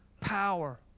power